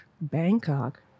bangkok